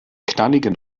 knalligen